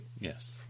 Yes